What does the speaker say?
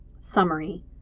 Summary